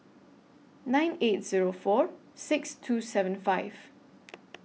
nine eight Zero four six two seven five